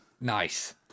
Nice